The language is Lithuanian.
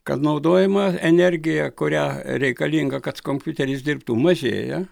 kad naudojama energija kurią reikalinga kad kompiuteris dirbtų mažėja